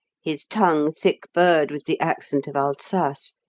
his tongue thick-burred with the accent of alsace,